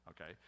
okay